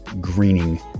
greening